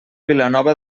vilanova